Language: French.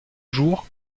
jour